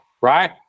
right